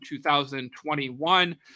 2021